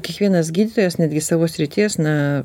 kiekvienas gydytojas netgi savo srities na